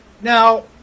now